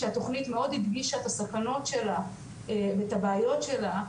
שהתוכנית מאוד הדגישה את הסכנות שלה ואת הבעיות שלה,